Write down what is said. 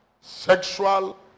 Sexual